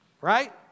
Right